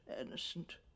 innocent